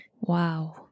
Wow